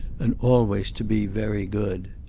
and always to be very good.